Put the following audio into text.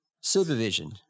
Supervision